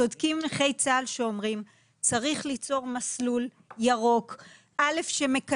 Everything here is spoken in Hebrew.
צודקים נכי צה"ל שאומרים שצריך ליצור מסלול ירוק שמקצר,